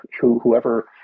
whoever